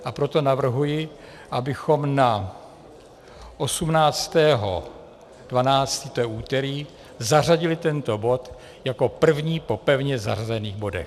A proto navrhuji, abychom na 18. 12., to je úterý, zařadili tento bod jako první po pevně zařazených bodech.